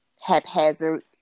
haphazard